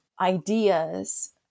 ideas